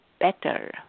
better